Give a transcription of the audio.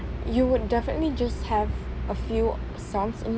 you would definitely just have a few songs in